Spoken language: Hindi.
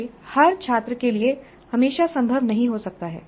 यह हर छात्र के लिए हमेशा संभव नहीं हो सकता है